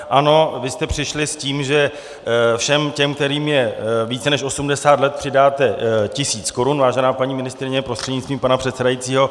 Ano, vy jste přišli s tím, že všem těm, kterým je více než osmdesát let, přidáte tisíc korun, vážená paní ministryně prostřednictvím pana předsedajícího.